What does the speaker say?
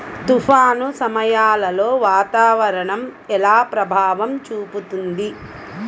తుఫాను సమయాలలో వాతావరణం ఎలా ప్రభావం చూపుతుంది?